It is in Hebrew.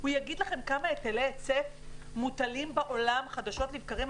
הוא יגיד לכם כמה היטלי היצף מוטלים בעולם חדשות לבקרים,